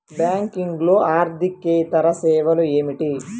బ్యాంకింగ్లో అర్దికేతర సేవలు ఏమిటీ?